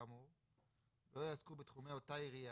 כבר בחקיקה.